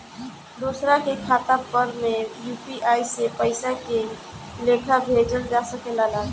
दोसरा के खाता पर में यू.पी.आई से पइसा के लेखाँ भेजल जा सके ला?